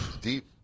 Deep